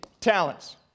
talents